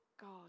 God